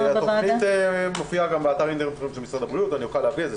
התוכנית מופיעה גם באתר האינטרנט של משרד הבריאות ואוכל להביא אותה.